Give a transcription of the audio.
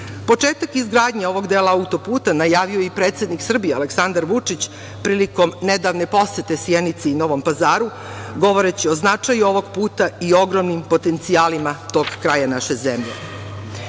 hrane. Početak izgradnje ovog dela autoputa najavio je i predsednik Srbije Aleksandar Vučić prilikom nedavne posete Sjenici i Novom Pazaru, govoreći o značaju ovog puta i ogromnim potencijalima tog kraja naše zemlje. Mi